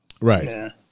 Right